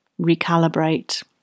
recalibrate